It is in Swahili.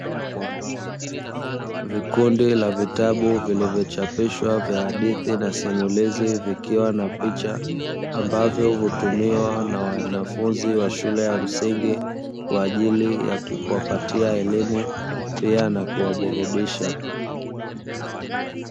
Vikundi la vitabu vilivyochapishwa vya hadithi na simulizi vikiwa na picha ambavyo hutumiwa na wanafunzi wa shule ya msingi kwa ajili ya kuwapatia elimu pia na kuwaburudisha.